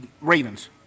Ravens